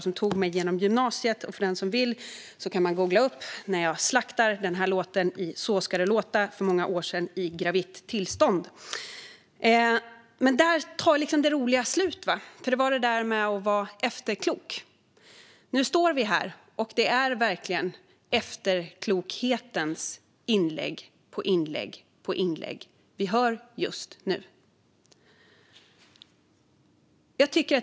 Den tog mig genom gymnasiet. Den som vill kan googla och se när jag slaktar den här låten i Så ska det låta för många år sedan när jag var gravid. Men där tar det roliga slut. Det handlar om att vara efterklok. Nu står vi här, och det är efterklokheten som vi hör just nu i inlägg efter inlägg.